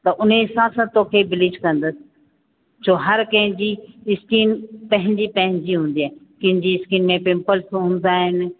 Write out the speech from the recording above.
त उनजे हिसाब सां तोखे ब्लीच कंदसि जो हर कंहिंजी स्किन पंहिंजी पंहिंजी हूंदी आहे कंहिंजी स्किन में पिंपल हूंदा आहिनि